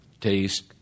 taste